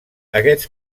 aquests